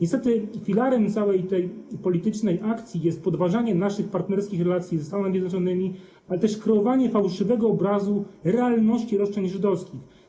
Niestety filarem tej politycznej akcji jest podważanie naszych partnerskich relacji ze Stanami Zjednoczonymi, ale też kreowanie fałszywego obrazu realności roszczeń żydowskich.